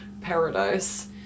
paradise